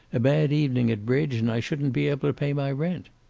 a bad evening at bridge, and i shouldn't be able to pay my rent.